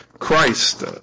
Christ